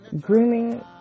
Grooming